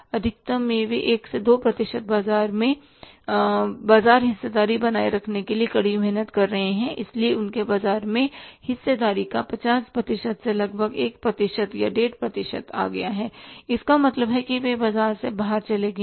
अधिकतम वे 1 से 2 प्रतिशत बाजार में बाजार हिस्सेदारी बनाए रखने के लिए कड़ी मेहनत कर रहे हैं इसलिए उनके बाजार में हिस्सेदारी 50 प्रतिशत से लगभग 1 प्रतिशत या डेढ़ प्रतिशत है इसका मतलब है कि वे बाजार से बाहर चले गए हैं